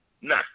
Nah